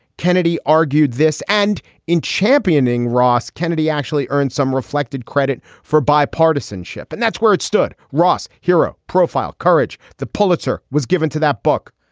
kennedy argued this, and in championing ross, kennedy actually earned some reflected credit for bipartisanship. and that's where it stood. ross hero. profile courage, courage, the pulitzer was given to that book.